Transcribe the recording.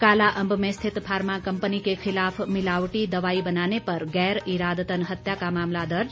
कालाअंब में स्थित pharma company के खिलाफ मिलावटी दवाई बनाने पर गैर इरादतन हत्या का मामला दर्ज